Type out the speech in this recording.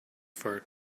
for